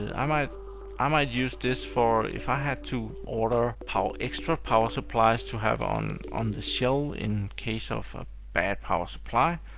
i might i might use this for, if i had to order extra power supplies to have on on the shelf in case of a bad power supply,